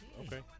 Okay